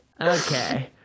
okay